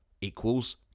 equals